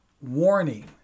warning